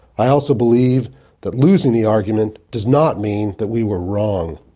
i also believe that losing the argument does not mean that we were wrong.